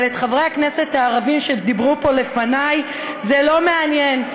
אבל את חברי הכנסת הערבים שדיברו פה לפני זה לא מעניין.